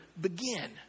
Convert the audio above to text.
begin